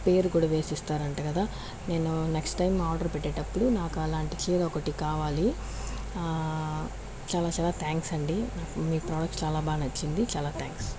పేరు కూడా వేసి ఇస్తారంట కదా నేను నెక్స్ట్ టైం ఆర్డర్ పెట్టేటప్పుడు నాకు అలాంటి ఒకటి కావాలి చాలా చాలా థాంక్స్ అండి నాకు మీ ప్రొడక్ట్స్ చాలా బాగా నచ్చింది చాలా థాంక్స్